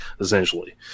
essentially